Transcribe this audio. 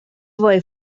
وای